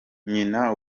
nyina